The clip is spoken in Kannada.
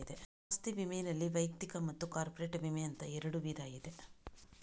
ಆಸ್ತಿ ವಿಮೆನಲ್ಲಿ ವೈಯಕ್ತಿಕ ಮತ್ತು ಕಾರ್ಪೊರೇಟ್ ವಿಮೆ ಅಂತ ಎರಡು ವಿಧ ಇದೆ